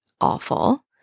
awful